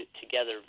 together